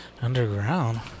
underground